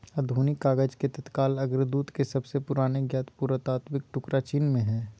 आधुनिक कागज के तत्काल अग्रदूत के सबसे पुराने ज्ञात पुरातात्विक टुकड़ा चीन में हइ